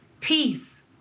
peace